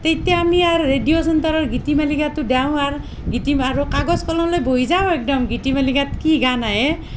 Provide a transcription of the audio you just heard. তেতিয়া আমি আৰু ৰেডিঅ' চেণ্টাৰৰ গীতিমালিকাটো দেও আৰু গীতি আৰু কাগজ কলম লৈ বহি যাওঁ একদম গীতিমালিকাত কি গান আহে